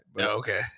Okay